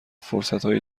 فرصتهای